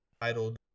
titled